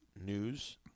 news